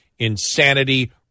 insanity